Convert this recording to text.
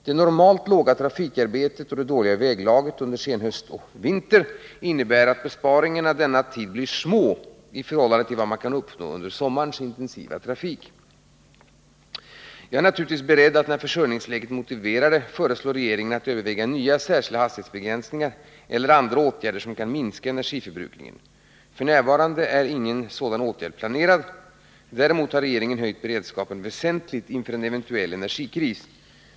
Det normalt låga trafikarbetet och det dåliga väglaget under senhösten och vintermånaderna innebär att besparingarna under denna tid blir små i förhållande till vad man kan uppnå under sommarens intensiva trafik. Jag är naturligtvis beredd att när fö regeringen att över jningsläget motiverar det föreslå iga nya särskilda hastighetsbegränsningar eller andra åtgärder som kan minska energiförbrukningen. F. n. är ingen sådan åtgärd planerad. Däremot har regeringen höjt beredskapen väsentligt inför en eventuell energikris.